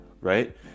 right